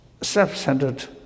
self-centered